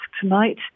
tonight